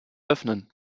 öffnen